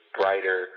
brighter